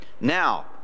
Now